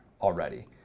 already